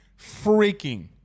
freaking